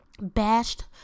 bashed